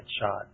shot